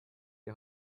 die